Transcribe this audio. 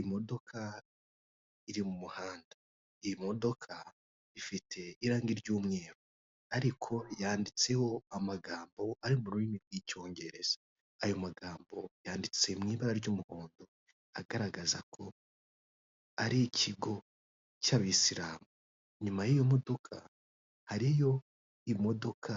Imodoka iri mu muhanda, iyi modoka ifite irangi ry'umweru ariko yanditseho amagambo ari mu rurimi rw'Icyongereza, ayo magambo yanditse mu ibara ry'umuhondo, agaragaza ko ari ikigo cy'abasilamu, inyuma y'iyo modoka hariyo imodoka